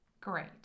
great